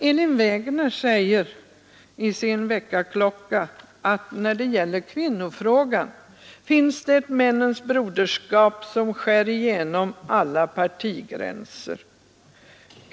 Elin Wägner säger i sin bok Väckarklocka att när det gäller kvinnofrågan finns det ett männens broderskap som skär igenom alla partigränser.